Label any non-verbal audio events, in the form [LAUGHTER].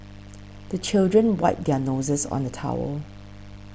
[NOISE] the children wipe their noses on the towel